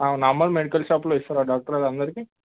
normal medical షాప్లో ఇస్తారా doctor అది అందరికి